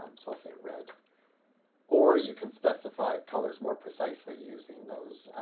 um so i'll say red or you can specify colors more precisely using those